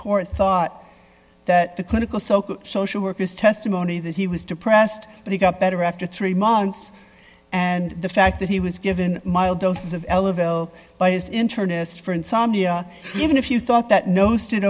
core thought that the clinical social work is testimony that he was depressed but he got better after three months and the fact that he was given mild doses of ellabella by his internist for insomnia even if you thought that no stood